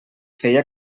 feia